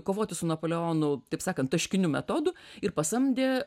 kovoti su napoleonu taip sakant taškiniu metodu ir pasamdė